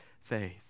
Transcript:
faith